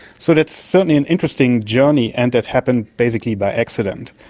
so that's certainly an interesting journey and that happened basically by accident.